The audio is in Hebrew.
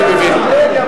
פיתוח מבני דת,